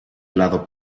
lado